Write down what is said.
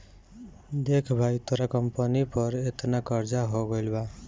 देख भाई तोरा कंपनी पर एतना कर्जा हो गइल बा